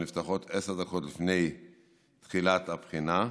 והן נפתחות עשר דקות לפני תחילת הבחינה.